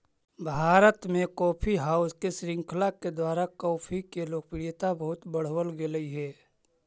भारत में coffee house के श्रृंखला के द्वारा कॉफी के लोकप्रियता बहुत बढ़बल गेलई हे